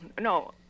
no